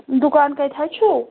دُکان کَتہِ حظ چھُو